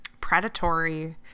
predatory